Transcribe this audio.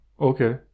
Okay